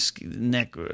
neck